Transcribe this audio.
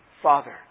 Father